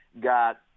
got